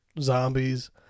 zombies